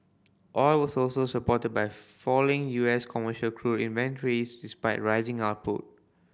oil was also supported by falling U S commercial crude inventories despite rising output